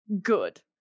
good